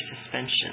suspension